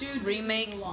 remake